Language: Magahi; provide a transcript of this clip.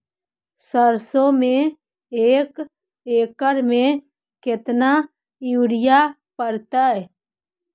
सरसों में एक एकड़ मे केतना युरिया पड़तै?